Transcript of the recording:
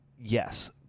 yes